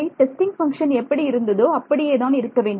testing function எப்படி இருந்ததோ அப்படியேதான் இருக்க வேண்டும்